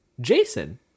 Jason